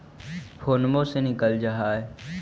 फोनवो से निकल जा है?